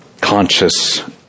conscious